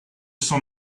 son